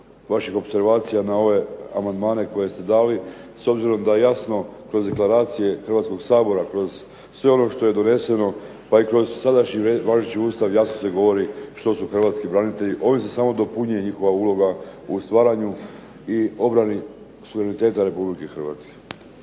vaših opservacija na ove amandmane koje ste dali, s obzirom da jasno kroz deklaracije Hrvatskoga sabora, kroz sve ono što je doneseno pa i kroz sadašnji važeći Ustav jasno se govori što su hrvatski branitelji. Ovim se samo dopunjuje njihova uloga u stvaranju i obrani suvereniteta Republike Hrvatske.